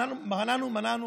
מנענו ומנענו.